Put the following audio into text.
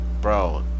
Bro